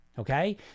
Okay